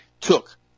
took